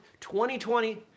2020